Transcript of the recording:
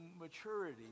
maturity